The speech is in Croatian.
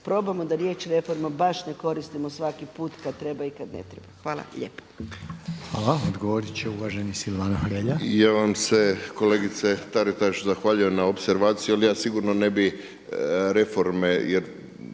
probamo da riječ reforma baš ne koristimo svaki put kada treba i kada ne treba. Hvala lijepa.